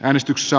äänestyksessä